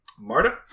Marta